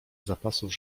zapasów